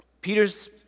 Peter's